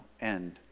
end